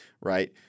right